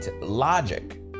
logic